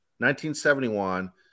1971